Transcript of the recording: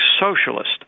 socialist